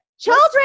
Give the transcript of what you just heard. Children